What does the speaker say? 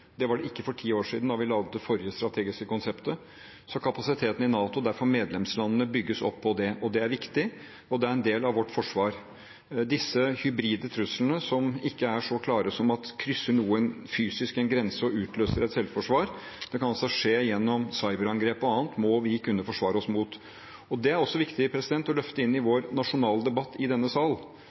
Det var det ikke for ti år siden, da vi laget det forrige strategiske konseptet. Så kapasiteten i NATO – og derfor medlemslandene – bygges opp på dette området. Det er viktig, og det er en del av vårt forsvar. Disse hybride truslene, som ikke er så klare som at noen fysisk krysser en grense og utløser et selvforsvar – det kan altså skje gjennom cyberangrep o.a. – må vi kunne forsvare oss mot. Det er også viktig å løfte inn i vår nasjonale debatt i denne sal.